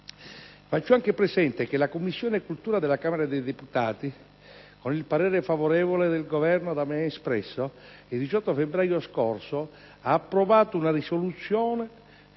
Faccio anche presente che la Commissione cultura della Camera dei deputati, con il parere favorevole del Governo da me espresso, il 18 febbraio scorso ha approvato una risoluzione